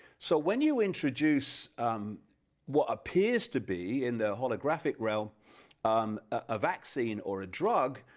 so when you introduce what appears to be in the holographic realm um a vaccine or a drug,